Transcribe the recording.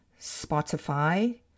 Spotify